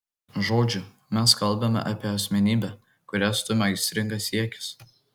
žodžiu mes kalbame apie asmenybę kurią stumia aistringas siekis